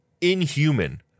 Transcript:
inhuman